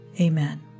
Amen